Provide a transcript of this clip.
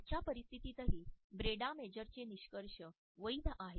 आजच्या परिस्थितीतही ब्रेंडा मेजरचे निष्कर्ष वैध आहेत